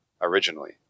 originally